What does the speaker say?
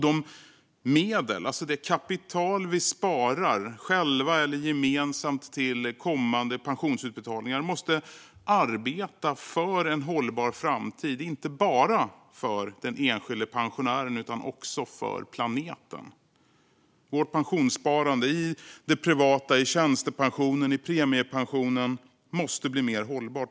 De medel, alltså det kapital, som vi sparar själva eller gemensamt till kommande pensionsutbetalningar måste arbeta för en hållbar framtid, inte bara för den enskilda pensionären utan också för planeten. Vårt pensionssparande - det privata sparandet, tjänstepensionen och premiepensionen - måste bli mer hållbart.